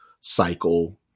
cycle